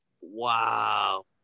Wow